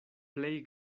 plej